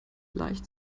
leicht